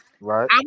Right